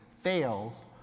fails